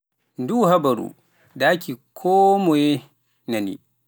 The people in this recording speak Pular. Nduu habaru ndaaki koo moye nani.